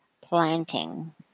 planting